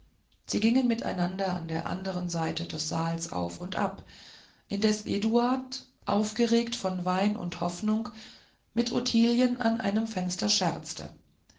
sie gingen miteinander an der einen seite des saals auf und ab indes eduard aufgeregt von wein und hoffnung mit ottilien an einem fenster scherzte